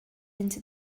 into